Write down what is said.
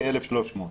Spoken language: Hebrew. כ-1,300.